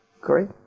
Great